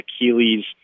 Achilles